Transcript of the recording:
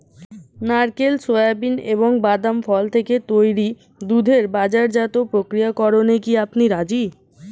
নারকেল, সোয়াবিন এবং বাদাম ফল থেকে তৈরি দুধের বাজারজাত প্রক্রিয়াকরণে কি আপনি রাজি?